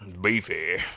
Beefy